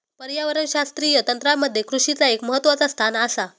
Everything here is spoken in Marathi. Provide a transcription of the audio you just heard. पर्यावरणशास्त्रीय तंत्रामध्ये कृषीचा एक महत्वाचा स्थान आसा